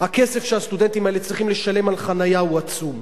הכסף שהסטודנטים האלה צריכים לשלם על חנייה הוא עצום,